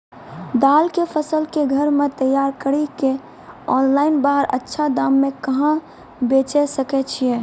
दाल के फसल के घर मे तैयार कड़ी के ऑनलाइन बाहर अच्छा दाम मे कहाँ बेचे सकय छियै?